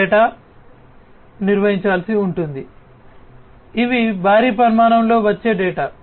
ఈ రకమైన డేటాను నిర్వహించాల్సి ఉంటుంది ఇవి భారీ పరిమాణంలో వచ్చే డేటా